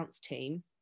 team